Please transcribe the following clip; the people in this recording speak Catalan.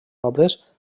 obres